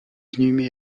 inhumé